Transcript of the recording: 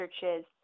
churches